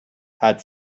had